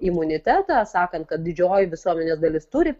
imunitetą sakant kad didžioji visuomenės dalis turi